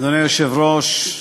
אדוני היושב-ראש,